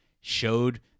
showed